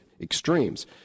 extremes